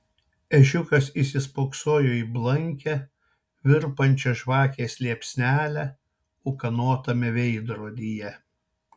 ežiukas įsispoksojo į blankią virpančią žvakės liepsnelę ūkanotame veidrodyje